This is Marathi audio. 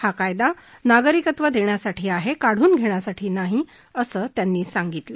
हा कायदा नागरिकत्व देण्यासाठी आहे काढून घेण्यासाठी नाही असं त्यांनी सांगितलं